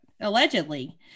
allegedly